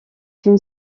une